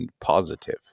positive